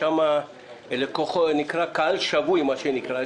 יש שם קהל שבוי, מה שנקרא.